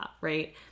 Right